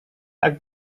tak